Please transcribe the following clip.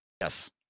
Yes